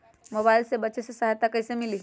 Mobile से बेचे में सहायता कईसे मिली?